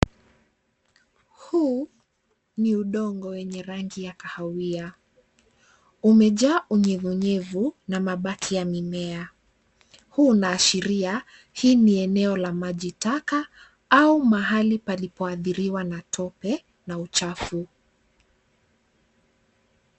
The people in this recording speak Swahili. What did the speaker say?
Huu ni udongo wenye rangi ya kahawia. Umejaa unyevunyevu na mabaki ya mimea. Huu unaashiria hii ni eneo la majitaka au mahali palipoathiriwa na tope na uchafu.